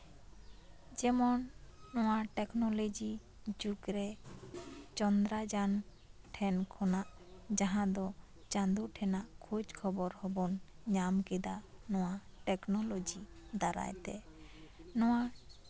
ᱡᱮᱢᱚᱱ ᱱᱚᱣᱟ ᱴᱮᱠᱱᱳᱞᱚᱡᱤ ᱡᱩᱜᱽᱨᱮ ᱪᱚᱱᱫᱽᱨᱟᱡᱟᱱ ᱴᱷᱮᱱ ᱠᱷᱚᱱᱟᱜ ᱡᱟᱦᱟᱸ ᱫᱚ ᱪᱟᱸᱫᱳ ᱴᱷᱮᱱᱟᱜ ᱠᱷᱚᱡᱽ ᱠᱷᱚᱵᱚᱨ ᱦᱚᱸᱵᱚᱱ ᱧᱟᱢ ᱠᱮᱫᱟ ᱱᱚᱣᱟ ᱴᱮᱠᱱᱳᱞᱚᱡᱤ ᱫᱟᱨᱟᱭ ᱛᱮ ᱱᱚᱣᱟ